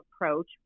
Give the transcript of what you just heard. approach